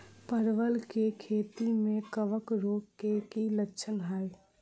परवल केँ खेती मे कवक रोग केँ की लक्षण हाय?